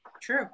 true